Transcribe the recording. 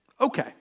okay